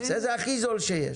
זה הכי זול שיש.